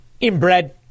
Inbred